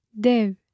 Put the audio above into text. Dev